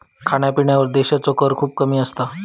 खाण्यापिण्यावर देशाचो कर खूपच कमी असता